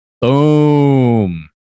Boom